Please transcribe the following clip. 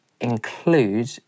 include